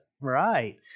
Right